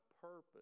purpose